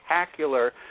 spectacular